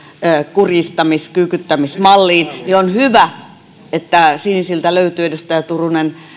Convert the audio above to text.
kurjistamis kyykyttämismalliin niin on hyvä että sinisiltä löytyy edustaja turunen